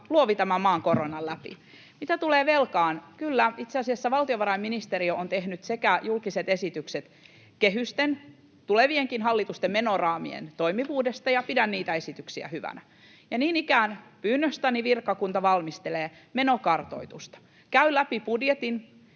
luovi tämän maan koronan läpi. Mitä tulee velkaan, kyllä, itse asiassa valtiovarainministeriö on tehnyt sekä julkiset esitykset kehysten, tulevienkin hallitusten menoraamien, toimivuudesta, ja pidän niitä esityksiä hyvänä. Niin ikään pyynnöstäni virkakunta valmistelee menokartoitusta, käy läpi budjetin